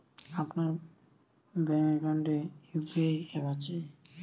আপনার ব্যাঙ্ক এ তে কি ইউ.পি.আই অ্যাপ আছে?